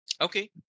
Okay